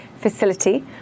facility